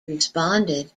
responded